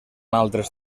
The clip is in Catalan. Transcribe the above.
altres